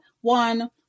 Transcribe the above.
one